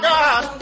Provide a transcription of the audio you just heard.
God